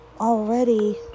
already